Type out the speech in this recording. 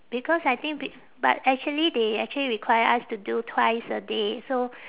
because I think b~ but actually they actually require us to do twice a day so